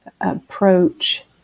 approach